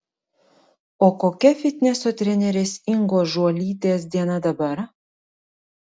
o kokia fitneso trenerės ingos žuolytės diena dabar